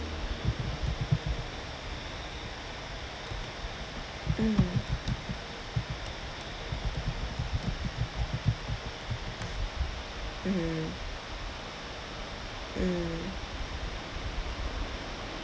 mm mmhmm mm